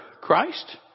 Christ